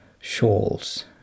shawls